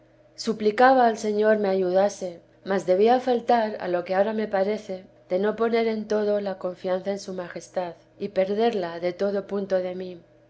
suplicaba al señor me ayudase mas debía faltar a lo que ahora me parece de no poner en todo la confianza en su majestad y perderla de todo punto de mí